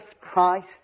Christ